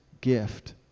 gift